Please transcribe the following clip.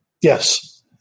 Yes